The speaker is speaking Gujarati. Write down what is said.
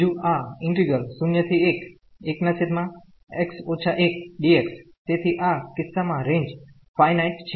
બીજું આ 011x 1 dx તેથી આ કિસ્સા માં રેન્જ ફાયનાઈટ છે